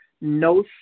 no